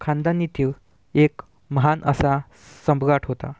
खानदानातील एक महान असा सम्राट होता